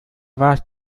warst